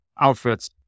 outfits